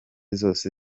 zose